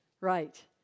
Right